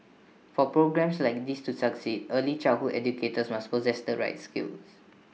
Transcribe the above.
for programmes like these to succeed early childhood educators must possess the right skills